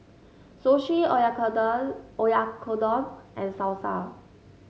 Sushi Oyakodon Oyakodon and Salsa